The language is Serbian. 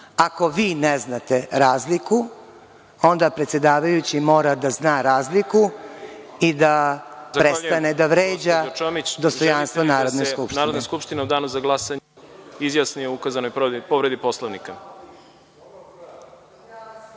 Ako vi ne znate razliku, onda predsedavajući mora da zna razliku i da prestane da vređa dostojanstvo Narodne skupštine.